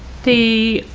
the